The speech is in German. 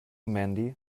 mandy